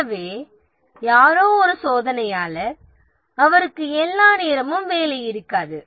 எனவே எல்லா நேரமும் வேலை இருக்காது